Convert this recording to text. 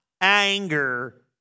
anger